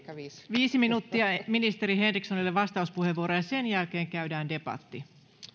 viiden minuutin vastauspuheenvuoro ministeri henrikssonille ja sen jälkeen käydään debatti